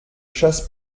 chasse